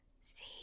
see